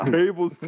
tables